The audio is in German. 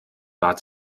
bat